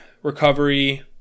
recovery